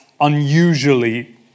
unusually